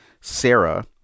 sarah